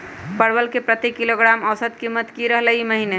परवल के प्रति किलोग्राम औसत कीमत की रहलई र ई महीने?